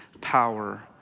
power